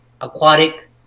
aquatic